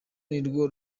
nirwo